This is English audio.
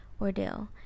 ordeal